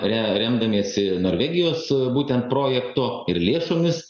re remdamiesi norvegijos būtent projektu ir lėšomis